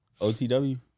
OTW